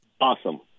Awesome